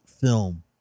film